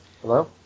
Hello